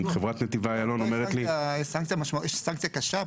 יש סנקציה קשה פה,